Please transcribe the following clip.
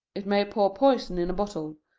it may pour poison in a bottle.